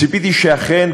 ציפיתי שאכן,